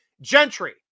Gentry